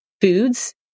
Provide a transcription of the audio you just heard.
foods